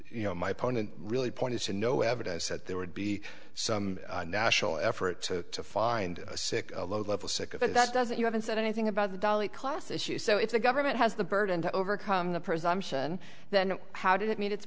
you know my opponent really pointed to no evidence that there would be some national effort to find a sick a low level sick of it that doesn't you haven't said anything about the dalai class issues so if the government has the burden to overcome the presumption then how did it meet it